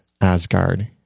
Asgard